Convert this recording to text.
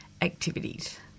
activities